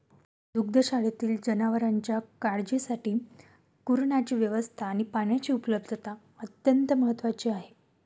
दुग्धशाळेतील जनावरांच्या काळजीसाठी कुरणाची व्यवस्था आणि पाण्याची उपलब्धता अत्यंत महत्त्वाची आहे